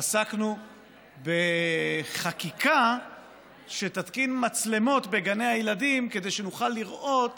עסקנו בחקיקה להתקין מצלמות בגני הילדים כדי שנוכל לראות